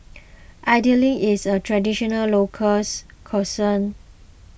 Idly is a traditional local's cuisine